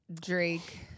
Drake